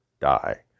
die